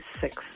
six